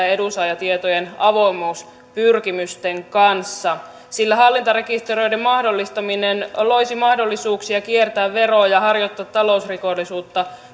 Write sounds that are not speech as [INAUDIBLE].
[UNINTELLIGIBLE] ja edunsaajatietojen avoimuuspyrkimysten kanssa sillä hallintarekisteröinnin mahdollistaminen loisi mahdollisuuksia kiertää veroja harjoittaa talousrikollisuutta [UNINTELLIGIBLE]